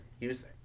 music